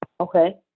Okay